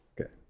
Okay